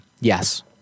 yes